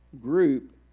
group